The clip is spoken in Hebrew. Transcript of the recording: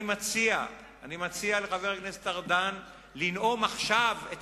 אני מציע לחבר הכנסת ארדן לנאום עכשיו את